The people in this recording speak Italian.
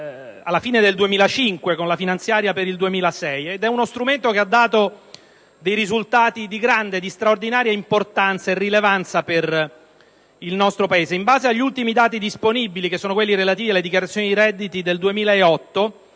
dal ministro Tremonti nella finanziaria per il 2006. È uno strumento che ha dato risultati di grande e straordinaria importanza e rilevanza per il nostro Paese. In base agli ultimi dati disponibili, quelli relativi alle dichiarazioni dei redditi del 2008,